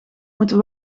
moeten